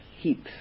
heaps